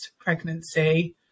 pregnancy